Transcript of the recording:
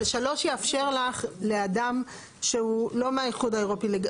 אבל 3 יאפשר לך לאדם שהוא לא מהאיחוד האירופי.